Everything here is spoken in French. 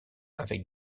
avec